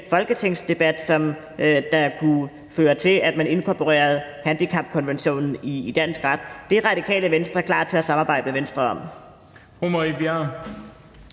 folketingsdebat, som kunne føre til, at man inkorporerede handicapkonventionen i dansk ret. Det er Radikale Venstre klar til at samarbejde med Venstre om.